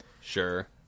sure